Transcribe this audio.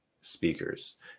speakers